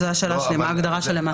אבל מה ההגדרה של "דרך רגילה"?